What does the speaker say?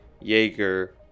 Jaeger